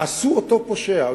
ועשו אותו פושע.